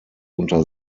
unter